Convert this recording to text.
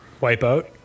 Wipeout